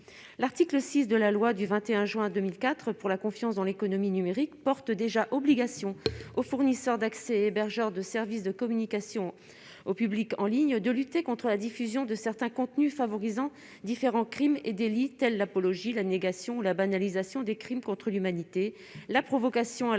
l'article 6 de la loi du 21 juin 2004 pour la confiance dans l'économie numérique porte déjà obligation aux fournisseurs d'accès, hébergeur de services de communication au public en ligne de lutter contre la diffusion de certains contenus favorisant différents crimes et délits, tels l'apologie, la négation la banalisation des crimes contre l'humanité, la provocation à la